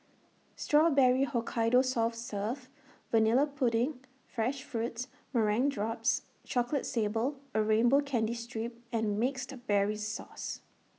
Strawberry Hokkaido soft serve Vanilla pudding fresh fruits meringue drops chocolate sable A rainbow candy strip and mixed berries sauce